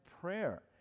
prayer